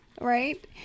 right